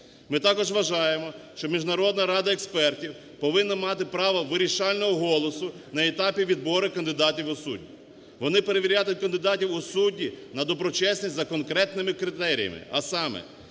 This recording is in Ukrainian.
Ми також вважаємо, що Міжнародна рада експертів повинна мати право вирішального голосу на етапі відбору кандидатів у судді. Вони перевірятимуть кандидатів у судді на доброчесність за конвертними критеріями, а саме,